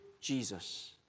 Jesus